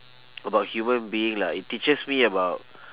about human being lah it teaches me about